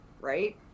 right